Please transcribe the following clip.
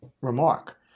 remark